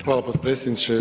Hvala potpredsjedniče.